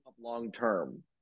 long-term